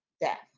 death